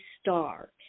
star